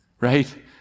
right